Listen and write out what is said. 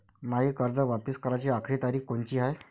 मायी कर्ज वापिस कराची आखरी तारीख कोनची हाय?